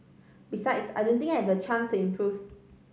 besides I don't think I have a chance to improve